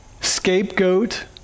scapegoat